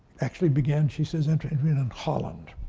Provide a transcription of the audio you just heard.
actually began, she says, interestingly, in and holland,